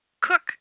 cook